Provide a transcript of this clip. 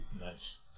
Nice